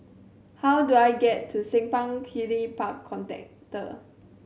how do I get to Simpang Kiri Park